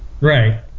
Right